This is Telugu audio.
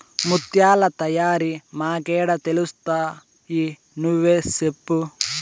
ముత్యాల తయారీ మాకేడ తెలుస్తయి నువ్వే సెప్పు